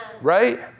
Right